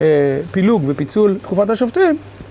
פילוג ופיצול תקופת השופטים.